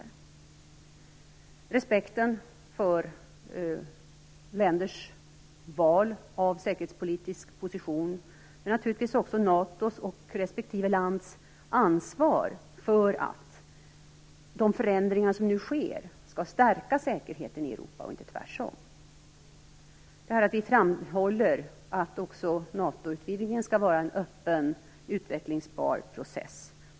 Det handlar om respekten för länders val av säkerhetspolitisk position, men naturligtvis också om NATO:s och respektive lands ansvar för att de förändringar som nu sker skall stärka säkerheten i Europa och inte tvärtom. Vi framhåller att också NATO utvidgningen skall vara en öppen utvecklingsbar process.